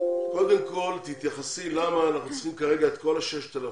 קודם כל תתייחסי למה אנחנו צריכים כרגע את כל ה-6,000